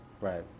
Right